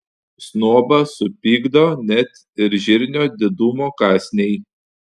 snobą supykdo net ir žirnio didumo kąsniai